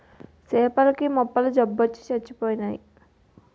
సేపల కి మొప్పల జబ్బొచ్చి సచ్చిపోయినాయి